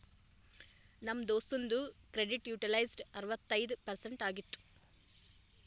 ನಮ್ ದೋಸ್ತುಂದು credit utilized ಅರವತ್ತೈಯ್ದ ಪರ್ಸೆಂಟ್ ಆಗಿತ್ತು